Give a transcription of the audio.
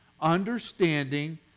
Understanding